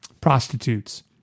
prostitutes